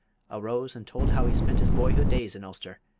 arose and told how he spent his boyhood days in ulster,